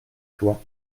toi